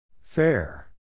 Fair